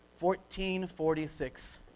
1446